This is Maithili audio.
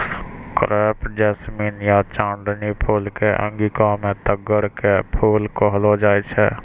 क्रेप जैसमिन या चांदनी फूल कॅ अंगिका मॅ तग्गड़ के फूल कहलो जाय छै